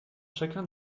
chacun